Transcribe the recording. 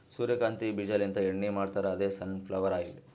ಸೂರ್ಯಕಾಂತಿ ಬೀಜಾಲಿಂತ್ ಎಣ್ಣಿ ಮಾಡ್ತಾರ್ ಅದೇ ಸನ್ ಫ್ಲವರ್ ಆಯಿಲ್